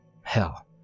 hell